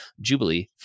jubilee